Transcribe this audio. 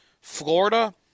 Florida